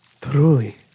Truly